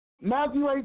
Matthew